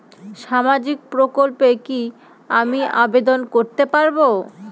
সামাজিক প্রকল্পে কি আমি আবেদন করতে পারবো?